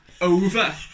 over